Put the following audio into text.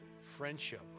friendship